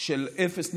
של אפס ניתוקים,